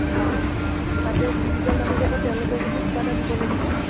হয় তাতে যি দুজন মানুহ যাব তেওঁলোককোতো কিবা এটা দিব লাগিব